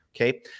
Okay